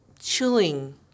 chilling